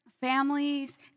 families